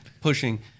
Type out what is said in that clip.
pushing